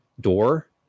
door